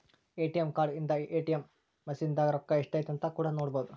ATM card ಇಂದ ATM machine ದಾಗ ರೊಕ್ಕ ಎಷ್ಟೈತೆ ಅಂತ ಕೂಡ ನೊಡ್ಬೊದು